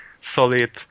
solid